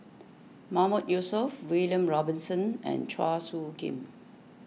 Mahmood Yusof William Robinson and Chua Soo Khim